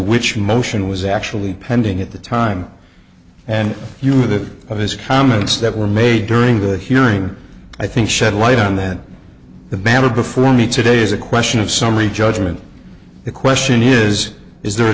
which motion was actually pending at the time and you knew that his comments that were made during the hearing i think shed light on that the battle before me today is a question of summary judgment the question is is there a